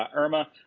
ah irma,